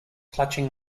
clutching